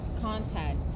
contact